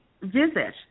visit